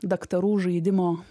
daktarų žaidimo